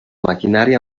maquinària